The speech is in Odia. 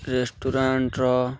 ରେଷ୍ଟୁରାଣ୍ଟର